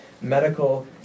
medical